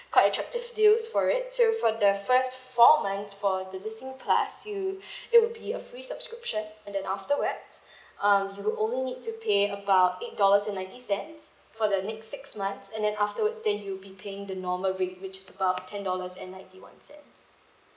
quite attractive deals for it so for the first four months for the disney plus you it will be a free subscription and then afterwards um you would only need to pay about eight dollars and ninety cents for the next six months and then afterwards then you'll be paying the normal rate which is about ten dollars and ninety one cents